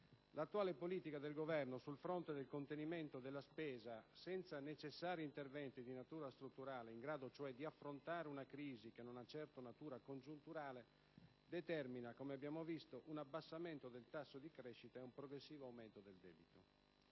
l'attuale politica del Governo sul fronte del contenimento della spesa, senza i necessari interventi di natura strutturale, in grado cioè di affrontare una crisi che non ha certo natura congiunturale, determina - come abbiamo visto - un abbassamento del tasso di crescita e un progressivo aumento del debito.